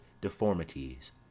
deformities